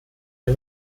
der